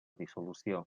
dissolució